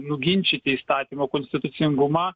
nuginčyti įstatymo konstitucingumą